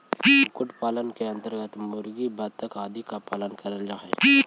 कुक्कुट पालन के अन्तर्गत मुर्गी, बतख आदि का पालन करल जा हई